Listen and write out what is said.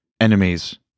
enemies